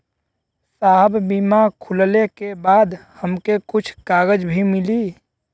साहब बीमा खुलले के बाद हमके कुछ कागज भी मिली?